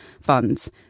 funds